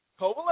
Kovalev